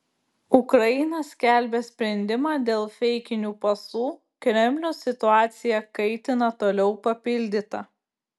ukraina skelbia sprendimą dėl feikinių pasų kremlius situaciją kaitina toliau papildyta